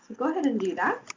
go ahead and do that.